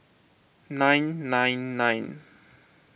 nine nine nine